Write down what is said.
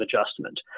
adjustment